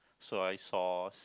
soya sauce